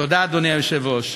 תודה, אדוני היושב-ראש.